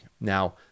now